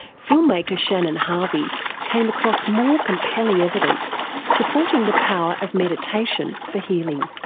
filmmaker shannon harvey came across more compelling evidence supporting the power of meditation for healing.